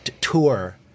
tour